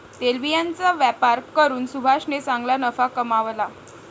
तेलबियांचा व्यापार करून सुभाषने चांगला नफा कमावला